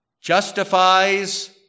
justifies